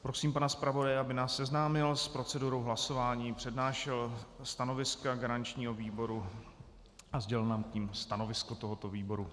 Prosím pana zpravodaje, aby nás seznámil s procedurou hlasování, přednášel stanoviska garančního výboru a sdělil nám k nim stanovisko tohoto výboru.